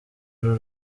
uru